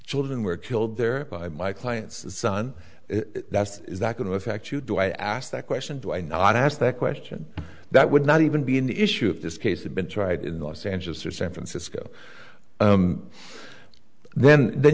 children were killed there by my client's son that's going to affect you do i asked that question why not ask that question that would not even be an issue of this case had been tried in los angeles or san francisco then then